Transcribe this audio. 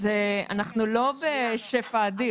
אנחנו לא בשפע אדיר.